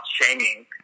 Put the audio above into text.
shaming